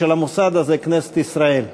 של המוסד הזה, כנסת ישראל,